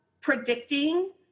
predicting